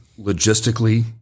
logistically